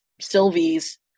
Sylvie's